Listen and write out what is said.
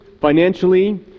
financially